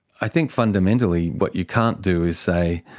i think fundamentally what you can't do is say